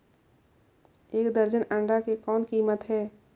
एक दर्जन अंडा के कौन कीमत हे?